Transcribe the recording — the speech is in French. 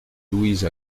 louise